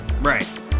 Right